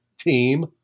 team